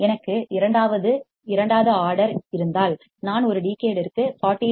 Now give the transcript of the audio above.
எனக்கு 2 வது இரண்டாவது ஆர்டர் இருந்தால் நான் ஒரு டிகேட்ற்கு 40 டி